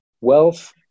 wealth